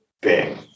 big